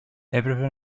έπρεπε